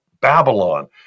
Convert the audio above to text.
Babylon